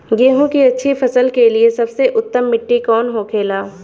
गेहूँ की अच्छी फसल के लिए सबसे उत्तम मिट्टी कौन होखे ला?